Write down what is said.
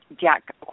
Jack